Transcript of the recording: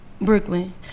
Brooklyn